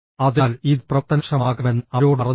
അതിനാൽ ഇത് പ്രവർത്തനക്ഷമമാകണമെന്ന് അവരോട് പറഞ്ഞു